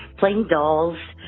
playing dolls.